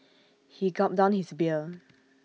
he gulped down his beer